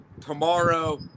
tomorrow